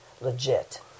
legit